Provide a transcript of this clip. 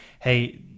hey